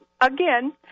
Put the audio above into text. again